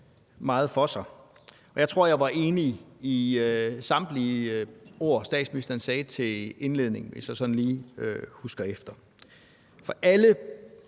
meget for sig. Jeg tror, jeg var enig i samtlige ord, statsministeren sagde til indledning, hvis jeg sådan lige husker efter. For alle